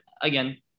again